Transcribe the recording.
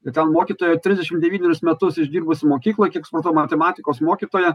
i ten mokytoja trisdešim devynerius metus išdirbusi mokykloj kiek supratau matematikos mokytoja